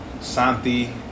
Santi